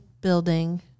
building